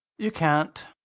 you can't.